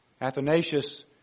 Athanasius